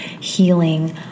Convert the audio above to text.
healing